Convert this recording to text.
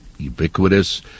ubiquitous